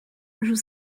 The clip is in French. joue